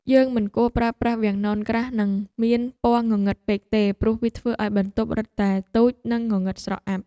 យើងមិនគួរប្រើប្រាស់វាំងននក្រាស់និងមានពណ៌ងងឹតពេកទេព្រោះវាធ្វើឱ្យបន្ទប់រឹតតែតូចនិងងងឹតស្រអាប់។